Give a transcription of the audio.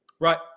right